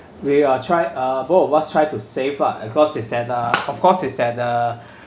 we are tried uh both of us tried to save ah and cause it's that uh of course is that the